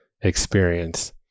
experience